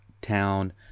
Town